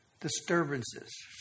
disturbances